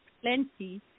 plenty